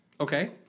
Okay